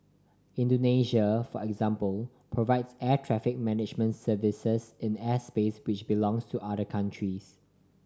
Indonesia for example provides air traffic management services in airspace which belongs to other countries